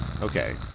Okay